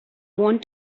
want